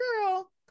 girl